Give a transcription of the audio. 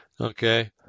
Okay